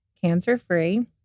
cancer-free